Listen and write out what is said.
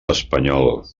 espanyol